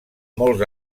molts